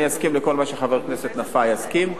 אני אסכים לכל מה שחבר הכנסת נפאע יסכים לו.